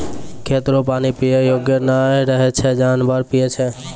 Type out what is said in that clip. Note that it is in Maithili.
खेत रो पानी पीयै योग्य नै रहै छै जानवर पीयै छै